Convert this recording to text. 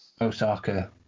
Osaka